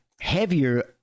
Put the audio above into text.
heavier